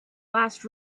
last